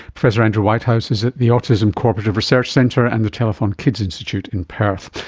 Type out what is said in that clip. professor andrew whitehouse is at the autism corporative research centre and the telethon kids institute in perth.